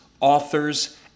authors